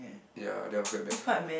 ya that was quite bad